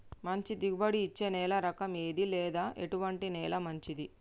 మంచి దిగుబడి ఇచ్చే నేల రకం ఏది లేదా ఎటువంటి నేల మంచిది?